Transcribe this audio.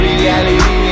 reality